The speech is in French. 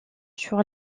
sur